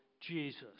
Jesus